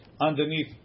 underneath